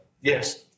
Yes